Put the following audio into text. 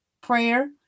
prayer